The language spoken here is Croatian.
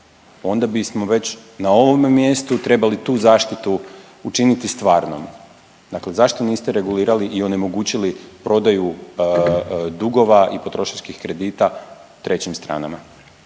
onda bismo već na ovome mjestu trebali tu zaštitu učiniti stvarnom. Dakle, zašto niste regulirali i onemogućili prodaju dugova i potrošačkih kredita trećim stranama?